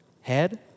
Head